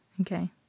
Okay